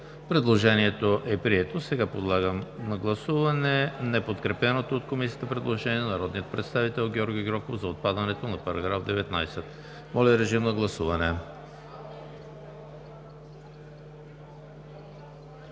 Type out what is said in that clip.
Предложението е прието. Сега подлагам на гласуване неподкрепеното от Комисията предложение на народния представител Георги Гьоков за отпадането на § 19. Гласували